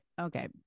Okay